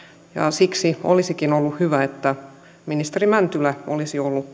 siksi olisikin ollut hyvä että ministeri mäntylä olisi ollut